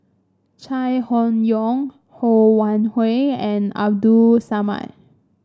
Chai Hon Yoong Ho Wan Hui and Abdul Samad